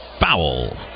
foul